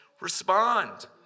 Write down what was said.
respond